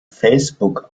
facebook